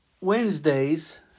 Wednesday's